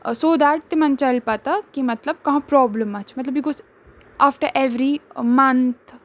سو that تِمَن چَلہِ پَتہ کہِ مطلب کانٛہہ پرٛابلِم ما چھِ مطلب یہِ گوٚژھ آفٹَر اٮ۪وری مَنتھٕ